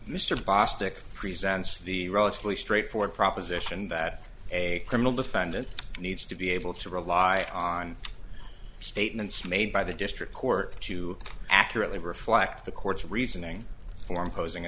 mr bostic presents the relatively straightforward proposition that a criminal defendant needs to be able to rely on statements made by the district court to accurately reflect the court's reasoning for imposing